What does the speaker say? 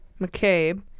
McCabe